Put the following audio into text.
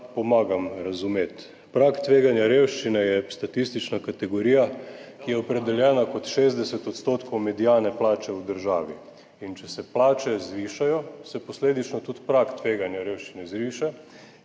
pomagam razumeti. Prag tveganja revščine je statistična kategorija, ki je opredeljena kot 60 % mediane plače v državi. In če se plače zvišajo, se posledično tudi prag tveganja revščine zviša.